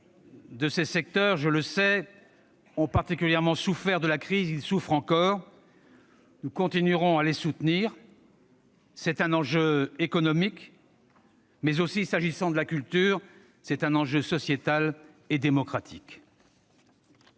de ces secteurs, je le sais, ont particulièrement souffert de la crise ; ils souffrent encore. Nous continuerons à les soutenir. C'est un enjeu non seulement économique, mais aussi, s'agissant de la culture, sociétal et démocratique.